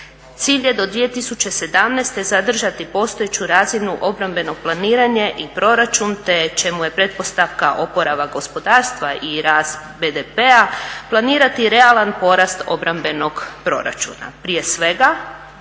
Cilj je do 2017.zadržati postojeću razinu obrambeno planiranje i proračun te čemu je pretpostavka oporavak gospodarstva i rast BDP-a, planirati realan porast obrambenog proračuna, prije svega